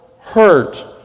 hurt